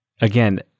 again